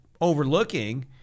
overlooking